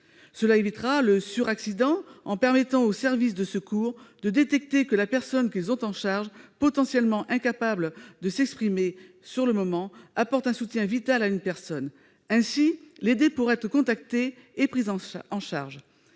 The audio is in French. Cela évitera le « suraccident » en permettant aux services de secours de détecter que la personne qu'ils ont en charge, potentiellement incapable de s'exprimer sur le moment, apporte un soutien vital à une personne. Ainsi, l'aidé pourra être contacté et pris en charge.